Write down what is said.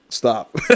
stop